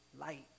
light